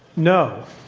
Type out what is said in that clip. no,